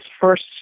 first